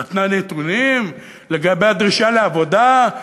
נתנה נתונים לגבי הדרישה לעבודה,